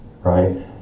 right